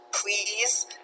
please